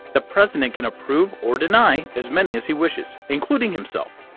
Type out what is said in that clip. the president can approve or deny as many as he wishes, including himself!